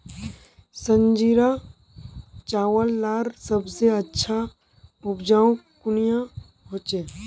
संजीरा चावल लार सबसे अच्छा उपजाऊ कुनियाँ होचए?